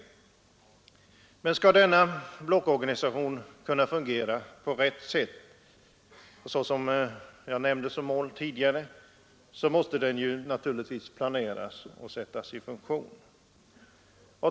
Skall emellertid denna blockorganisation kunna fungera på rätt sätt, vilket mål jag nämnt tidigare, måste den naturligtvis planeras och sättas i funktion.